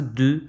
de